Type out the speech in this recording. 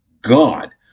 god